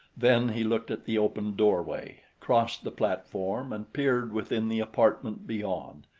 then he looked at the open doorway, crossed the platform and peered within the apartment beyond.